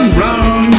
run